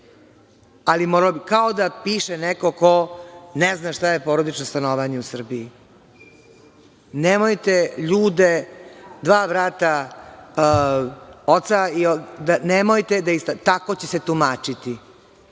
brisano. Kao da piše neko ko ne zna šta je porodično stanovanje u Srbiji. Nemojte ljude, dva brata, oca … tako će se tumačiti.